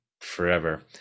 forever